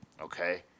Okay